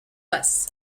bus